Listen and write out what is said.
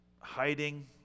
hiding